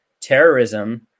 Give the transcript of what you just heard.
terrorism